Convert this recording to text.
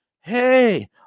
Hey